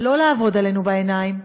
לא לעבוד עלינו בעיניים,